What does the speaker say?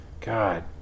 God